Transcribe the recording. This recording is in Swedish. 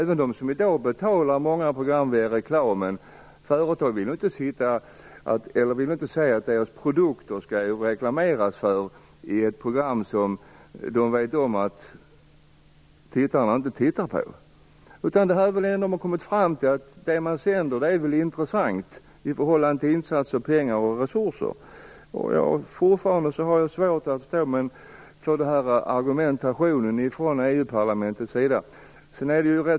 Även de företag som i dag betalar många program via reklamen vill inte att det skall göras reklam för deras produkter i ett program som de vet att ingen tittar på. Man har väl kommit fram till att det man sänder är intressant i förhållande till insats av pengar och resurser. Jag har fortfarande svårt att förstå argumentationen från EU-parlamentet.